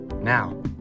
Now